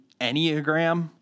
Enneagram